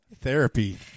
therapy